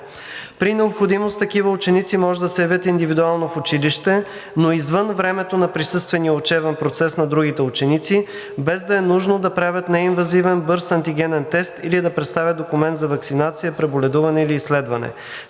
При необходимост такива ученици може да се явят индивидуално в училище, но извън времето на присъствения учебен процес на другите ученици, без да е нужно да правят неинвазивен бърз антигенен тест или да представят документ за ваксинация, преболедуване или изследване.